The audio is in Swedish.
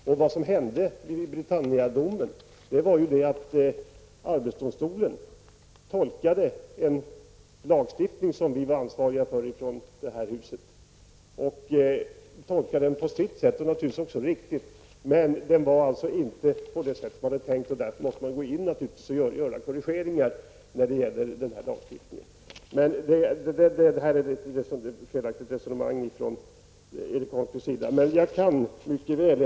Vad som hände vid Britannia-domen var att arbetsdomstolen tolkade en lagstiftning som vi i det här huset var ansvariga för. Arbetsdomstolen tolkade den på sitt sätt, och naturligtvis också riktigt. Men den tolkades alltså inte på det sätt som var tänkt. Därför måste man göra korrigeringar i lagstiftningen. Detta är alltså ett felaktigt resonemang från Erik Holmkvists sida.